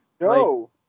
No